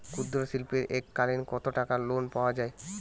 ক্ষুদ্রশিল্পের এককালিন কতটাকা লোন পাওয়া য়ায়?